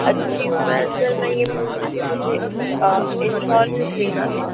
अच्छी हूँ मैं सर मैं ये पूछ रही थी मुझे इंश्योरेंस लेना था